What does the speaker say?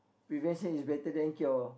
prevention is better than cure